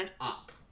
up